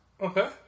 Okay